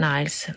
Niles